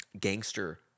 gangster